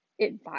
advice